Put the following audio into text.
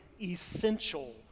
essential